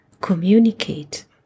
communicate